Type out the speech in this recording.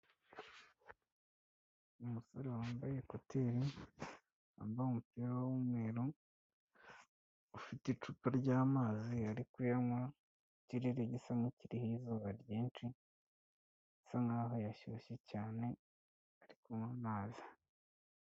Umusore wambaye ekuteri, wambaye umupira w'umweru, ufite icupa ry'amazi ari kuyanywa, ikirere gisa nk'ikiriho izuba ryinshi, asa nkaho yashyushye cyane ari kunywa amazi.